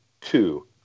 two